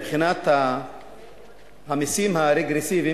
מבחינת המסים הרגרסיביים,